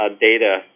data